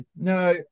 no